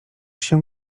się